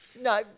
No